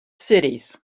cities